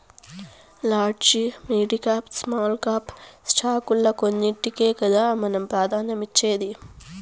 large, midcap, small cap స్టాకుల్ల కొన్నింటికే కదా మనం ప్రాధాన్యతనిచ్చేది